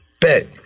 Bet